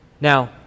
Now